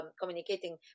communicating